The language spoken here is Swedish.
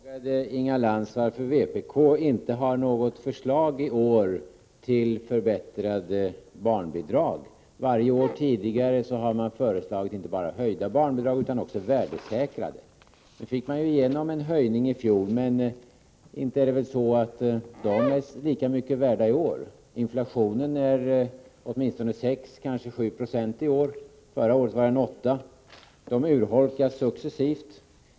Herr talman! Jag frågade Inga Lantz varför vpk inte har något förslag i år till förbättrade barnbidrag. Varje år tidigare har man föreslagit inte bara höjda barnbidrag utan också värdesäkrade sådana. Nu fick man ju igenom en höjning i fjol, men inte är väl barnbidragen lika mycket värda i år? Inflationen är åtminstone 6, kanske 7 procent i år, och förra året var den 8. Barnbidragen urholkas successivt.